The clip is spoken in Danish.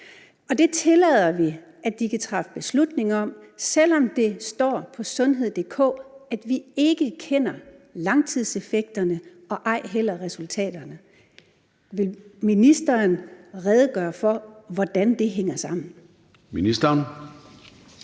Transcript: Og det tillader vi at de kan træffe beslutning om, selv om det står på sundhed.dk, at vi ikke kender langtidseffekterne og ej heller resultaterne. Vil ministeren redegøre for, hvordan det hænger sammen?